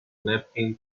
napkin